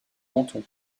menton